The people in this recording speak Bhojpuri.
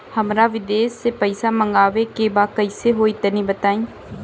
हमरा विदेश से पईसा मंगावे के बा कइसे होई तनि बताई?